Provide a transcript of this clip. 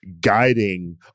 guiding